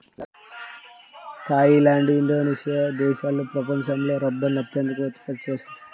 Thai land, Indonesia దేశాలు ప్రపంచంలో రబ్బరును అత్యధికంగా ఉత్పత్తి చేస్తున్నాయి